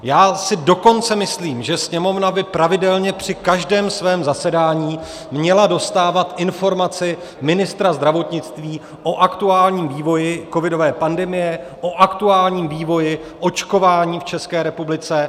Já si dokonce myslím, že Sněmovna by pravidelně při každém svém zasedání měla dostávat informace ministra zdravotnictví o aktuálním vývoji covidové pandemie, o aktuálním vývoji očkování v České republice.